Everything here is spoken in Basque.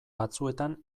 batzuetan